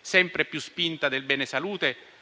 sempre più spinta del bene salute,